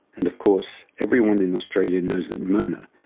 and, of course everyone in australia knows that mona,